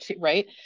right